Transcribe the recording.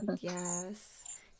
Yes